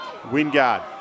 Wingard